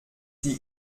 sie